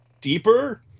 deeper